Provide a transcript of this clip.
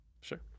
Sure